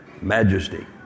Majesty